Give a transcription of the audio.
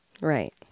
Right